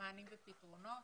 מענים ופתרונות,